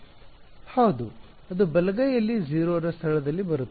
ಹೌದು ಅದು ಬಲಗೈಯಲ್ಲಿ 0 ರ ಸ್ಥಳದಲ್ಲಿ ಬರುತ್ತದೆ